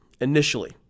initially